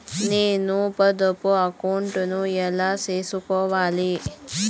నేను పొదుపు అకౌంటు ను ఎలా సేసుకోవాలి?